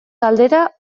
galdera